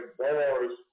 bars